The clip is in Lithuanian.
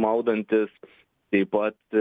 maudantis taip pat